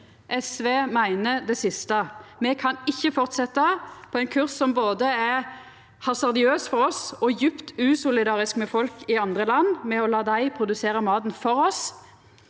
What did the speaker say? SV meiner det siste. Me kan ikkje fortsetja på ein kurs som er både hasardiøs for oss og djupt usolidarisk med folk i andre land, ved å la dei produsera maten for oss.